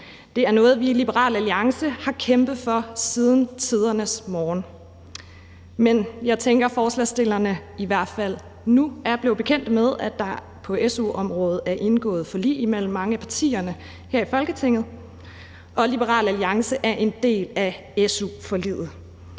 Det er noget, vi i Liberal Alliance har kæmpet for siden tidernes morgen, men jeg tænker, at forslagsstillerne i hvert fald nu er blevet bekendte med, at der på su-området er indgået forlig mellem mange af partierne her i Folketinget, og Liberal Alliance er en del af su-forliget,